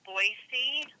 Boise